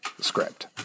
script